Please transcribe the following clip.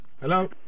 Hello